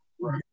Right